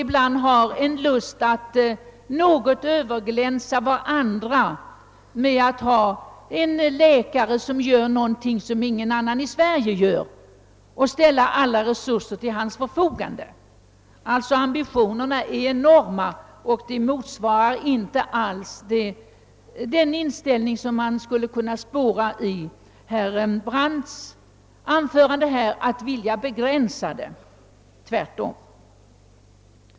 Ibland har de en lust att överglänsa varandra; det kan t.ex. gälla att de vill ha en läkare som gör vad ingen annan läkare i Sverige kan göra och då ställer de alla resurser till hans förfogande. Ambitionerna är alltså enorma och de motsvarar inte alls den inställning som man skulle kunna spåra i herr Brandts anförande, nämligen viljan att begränsa. Tvärtom!